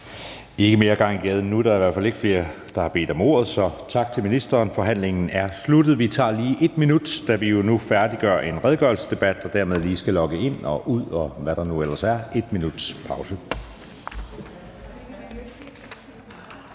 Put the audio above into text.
ikke mere gang i gaden nu. Der er i hvert fald ikke flere, der har bedt om ordet, så tak til ministeren. Forhandlingen er sluttet. Vi tager lige, da vi jo nu færdiggør en redegørelsesdebat og dermed lige skal logge ind og ud, og hvad der nu ellers er, et minuts pause. ---